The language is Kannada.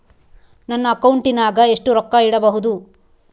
ನನ್ನ ಅಕೌಂಟಿನಾಗ ಎಷ್ಟು ರೊಕ್ಕ ಇಡಬಹುದು?